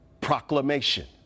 Proclamation